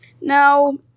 Now